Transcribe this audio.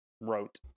wrote